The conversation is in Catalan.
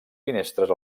finestres